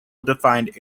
defined